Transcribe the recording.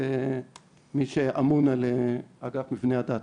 כמי שאמון על אגף מבני הדת.